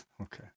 Okay